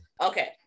okay